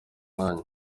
myanya